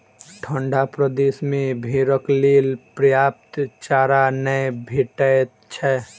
ठंढा प्रदेश मे भेंड़क लेल पर्याप्त चारा नै भेटैत छै